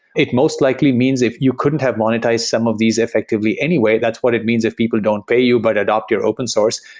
it most likely means if you couldn't have monetized some of these effectively anyway, that's what it means if people don't pay you, but adapt to your open source,